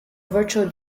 virtual